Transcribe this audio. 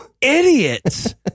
idiots